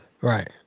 Right